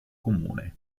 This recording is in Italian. comune